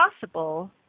possible